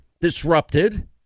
disrupted